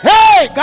Hey